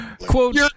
quote